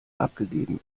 abgegeben